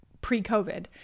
pre-COVID